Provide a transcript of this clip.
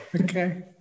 Okay